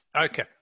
Okay